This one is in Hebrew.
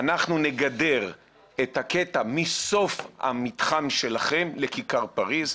אנחנו נגדר את הקטע מסוף המתחם שלכם לכיכר פריז.